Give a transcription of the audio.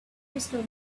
crystal